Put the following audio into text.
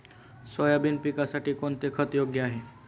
Soybean पिकासाठी कोणते खत योग्य आहे?